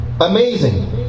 amazing